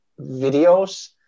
videos